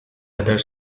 other